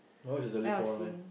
why is the leaf online